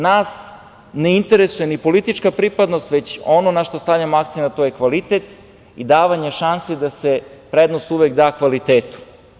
Nas ne interesuje ni politička pripadnost, već ono na šta stavljamo akcenat, a to je kvalitet i davanje šanse da se prednost uvek da kvalitetu.